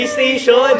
Station